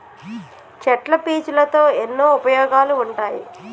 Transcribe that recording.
చెట్ల పీచులతో ఎన్నో ఉపయోగాలు ఉంటాయి